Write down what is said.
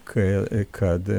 kai kad